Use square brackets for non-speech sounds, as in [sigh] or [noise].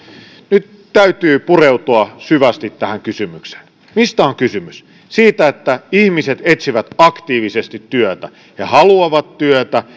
nyt täytyy pureutua syvästi tähän kysymykseen mistä on kysymys siitä että ihmiset etsivät aktiivisesti työtä he haluavat työtä [unintelligible]